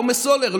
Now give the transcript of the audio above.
לא מסולר,